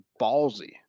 ballsy